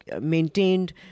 maintained